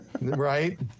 right